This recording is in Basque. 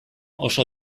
oso